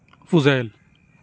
Fuzail